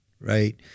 right